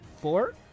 Four